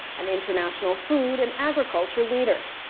an international food and agriculture leader.